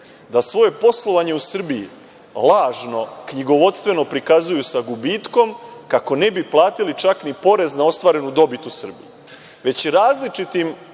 da svoje poslovanje u Srbiji lažno knjigovodstveno prikazuju sa gubitkom, kako ne bi platili čak ni porez na ostvarenu dobit u Srbiji,